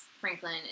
Franklin